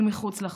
אל מחוץ לחוק.